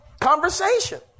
conversation